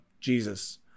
Jesus